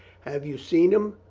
have you seen him?